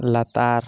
ᱞᱟᱛᱟᱨ